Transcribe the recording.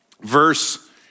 verse